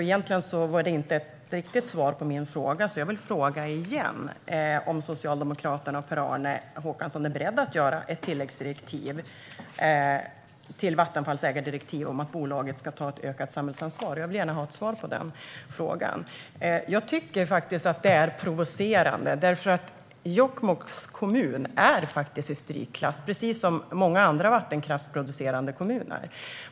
Egentligen var det alltså inte riktigt ett svar på min fråga, så jag vill ställa den igen: Är Socialdemokraterna och Per-Arne Håkansson beredda att göra ett tillägg till Vattenfalls ägardirektiv om att bolaget ska ta ett ökat samhällsansvar? Jag vill gärna ha ett svar på den frågan. Jag tycker faktiskt att detta är provocerande, för Jokkmokks kommun är i strykklass - precis som många andra vattenkraftsproducerande kommuner.